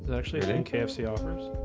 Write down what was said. actually, i didn't kfc offers